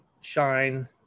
shine